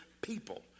people